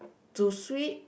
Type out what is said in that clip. to sweep